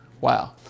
Wow